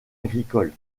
agricole